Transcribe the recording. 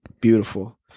Beautiful